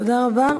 תודה רבה.